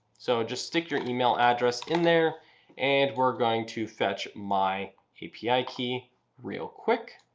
so just stick your email address in there and we're going to fetch my api key real quick.